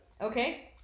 Okay